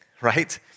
right